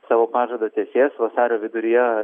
savo pažadą tesės vasario viduryje